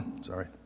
Sorry